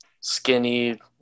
skinny